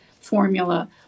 formula